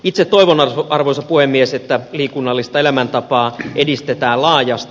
itse toivon arvoisa puhemies että liikunnallista elämäntapaa edistetään laajasti